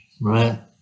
Right